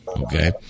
okay